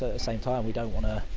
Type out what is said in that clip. the same time, we don't wanna.